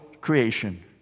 creation